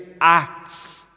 acts